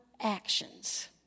actions